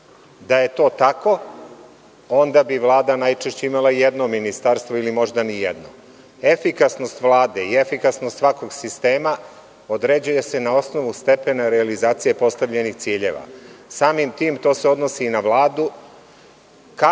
Da je to tako, onda bi Vlada najčešće imala jedno ministarstvo ili možda ni jedno. Efikasnost Vlade i efikasnost svakog sistema određuju se na osnovu stepena realizacije postavljenih ciljeva. Samim tim, to se odnosi i na Vladu,